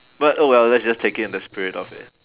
but oh well let's just take it in the spirit of it